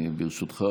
ברשותך,